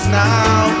now